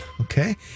Okay